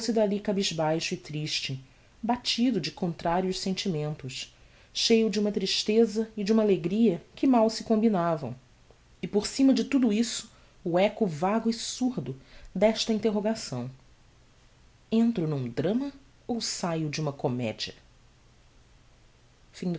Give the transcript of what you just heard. dalli cabisbaixo e triste batido de contrários sentimentos cheio de uma tristeza e de uma alegria que mal se combinavam e por cima de tudo isso o éco vago e surdo desta interrogação entro num drama ou saio de uma comedia